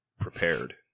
prepared